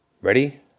ready